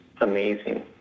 amazing